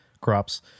crops